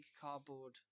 cardboard